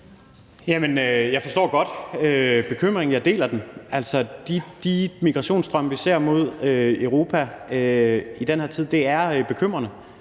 Jeg forstår godt bekymringen, og jeg deler den. De migrationsstrømme mod Europa, som vi ser i den her tid, er bekymrende.